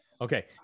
Okay